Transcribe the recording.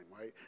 right